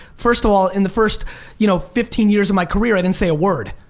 first of all in the first you know fifteen years of my career, i didn't say a word.